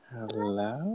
Hello